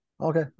okay